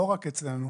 לא רק אצלנו,